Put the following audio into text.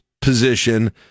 position